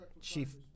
Chief